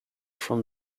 from